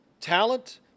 Talent